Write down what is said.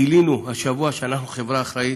גילינו השבוע שאנחנו חברה אחראית,